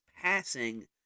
passing